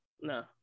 No